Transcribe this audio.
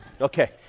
Okay